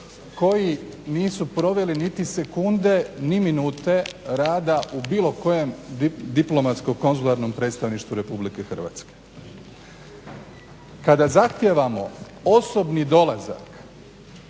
koji nisu proveli niti sekunde ni minute rada u bilo kojem diplomatsko-konzularnom predstavništvu Republike Hrvatske. Kada zahtijevamo osobni dolazak